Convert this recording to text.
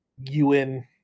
UN